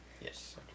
Yes